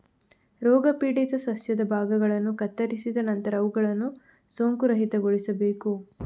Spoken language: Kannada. ರೋಗಪೀಡಿತ ಸಸ್ಯದ ಭಾಗಗಳನ್ನು ಕತ್ತರಿಸಿದ ನಂತರ ಅವುಗಳನ್ನು ಸೋಂಕುರಹಿತಗೊಳಿಸಬೇಕು